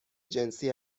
جنسی